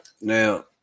Now